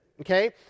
okay